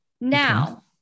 Now